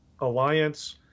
alliance